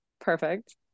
Perfect